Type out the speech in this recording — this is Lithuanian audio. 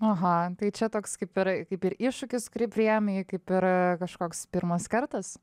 aha tai čia toks kaip ir kaip ir iššūkis kurį priėmei kaip ir kažkoks pirmas kartas